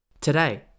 Today